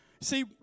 See